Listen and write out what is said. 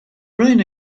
rain